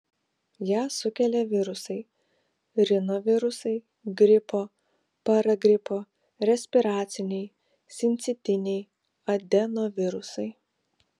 ją sukelia virusai rinovirusai gripo paragripo respiraciniai sincitiniai adenovirusai